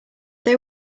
they